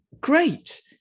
Great